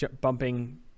bumping